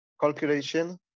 calculation